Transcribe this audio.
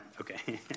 okay